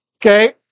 Okay